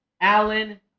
Allen